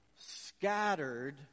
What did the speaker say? scattered